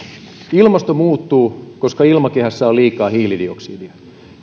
ilmasto muuttuu koska ilmakehässä on liikaa hiilidioksidia